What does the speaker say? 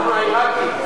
אנחנו העירקים.